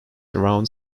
around